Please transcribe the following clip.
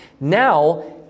Now